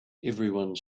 everyone